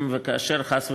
אם וכאשר, חס וחלילה,